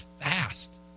fast